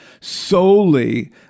solely